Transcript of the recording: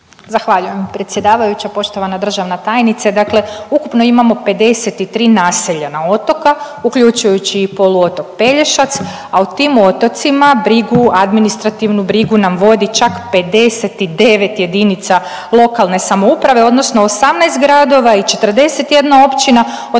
Zahvaljujem predsjedavajuća. Poštovana državna tajnice, dakle ukupno imamo 53 naseljena otoka uključujući i poluotok Pelješac, a u tim otocima brigu, administrativnu brigu nam vodi čak 59 JLS odnosno 18 gradova i 41 općina, od čega